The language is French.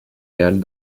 galles